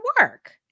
work